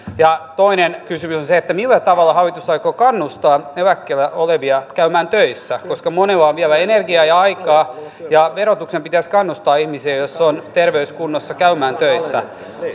ja toinen kysymys on millä tavalla hallitus aikoo kannustaa eläkkeellä olevia käymään töissä koska monella on vielä energiaa ja aikaa ja verotuksen pitäisi kannustaa ihmisiä jos on terveys kunnossa käymään töissä